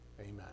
Amen